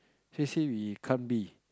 so he say we can't be